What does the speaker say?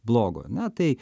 blogo ne tai